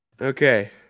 Okay